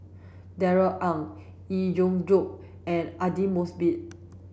Darrell Ang Yee Jenn Jong and Aidli Mosbit